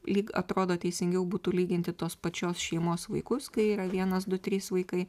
lyg atrodo teisingiau būtų lyginti tos pačios šeimos vaikus kai yra vienas du trys vaikai